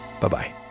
Bye-bye